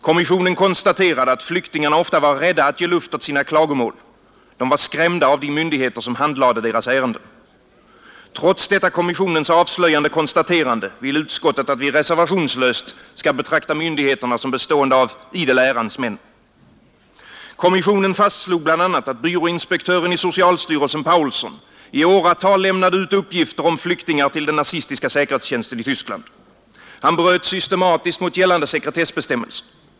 Kommissionen konstaterade att flyktingarna ofta var rädda att ge luft åt sina klagomål. De var skrämda av de myndigheter som handlade deras ärenden. Trots detta kommissionens avslöjande konstaterande vill utskottet att vi reservationslöst skall betrakta myndigheterna som bestående av idel ärans män. Kommissionen fastslog bl.a. att byråinspektören i socialstyrelsen Paulson i åratal lämnade ut uppgifter om flyktingar till den nazistiska säkerhetstjänsten i Tyskland. Han bröt systematiskt mot gällande sekretessbestämmelser.